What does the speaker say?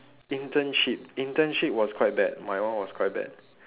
internship internship was quite bad my one was quite bad